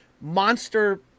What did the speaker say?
monster